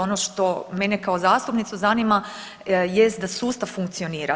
Ono što mene kao zastupnicu zanima jest da sustav funkcionira.